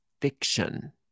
fiction